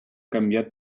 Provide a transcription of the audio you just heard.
canviat